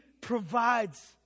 provides